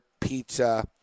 pizza